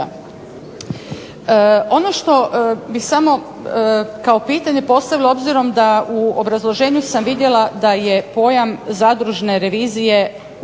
Ono što bih samo kao pitanje postavila obzirom da u obrazloženju sam vidjela da je pojam zadružne revizije